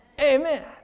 Amen